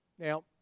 Now